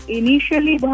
initially